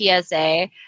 PSA